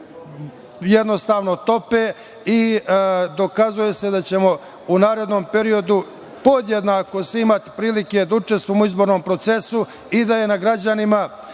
jednostavno tope i dokazuje se da ćemo u narednom periodu podjednako imati svi prilike da učestvujemo u izbornom procesu i da je na građanima